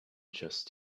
just